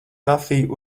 kafiju